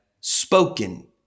spoken